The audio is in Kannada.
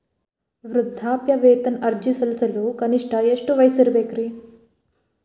ವೃದ್ಧಾಪ್ಯವೇತನ ಅರ್ಜಿ ಸಲ್ಲಿಸಲು ಕನಿಷ್ಟ ಎಷ್ಟು ವಯಸ್ಸಿರಬೇಕ್ರಿ?